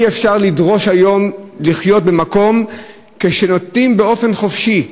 אי-אפשר לדרוש היום לחיות במקום כשנותנים באופן חופשי,